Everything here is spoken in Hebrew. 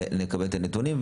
נקבל את הנתונים,